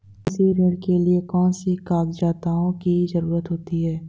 कृषि ऋण के लिऐ कौन से कागजातों की जरूरत होती है?